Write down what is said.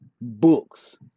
books